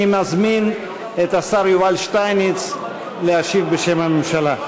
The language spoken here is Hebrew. אני מזמין את השר יובל שטייניץ להשיב בשם הממשלה.